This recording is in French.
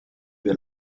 vers